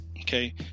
Okay